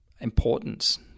importance